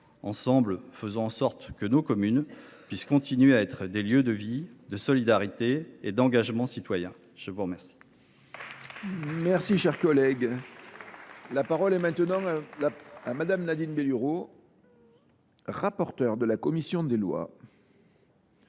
Ensemble, faisons en sorte que nos communes puissent continuer à être des lieux de vie, de solidarité et d’engagement citoyen. La parole